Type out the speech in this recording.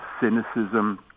cynicism